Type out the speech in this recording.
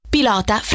Pilota